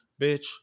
bitch